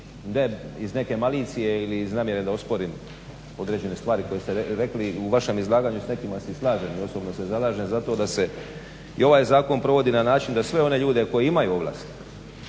ne iz neke malicije ili iz namjere da osporim određene stvari koje ste rekli u vašem izlaganju. S nekima se slažem i osobno se zalažem za to da se i ovaj zakon provodi na način da sve one ljude koji imaju ovlasti,